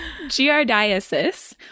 Giardiasis